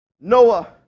Noah